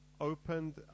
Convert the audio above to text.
Opened